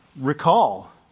recall